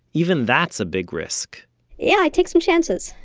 even that's a big risk yeah, i take some chances,